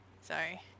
Sorry